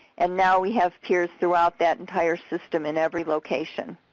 and now we have peers throughout that entire system in every location.